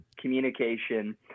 communication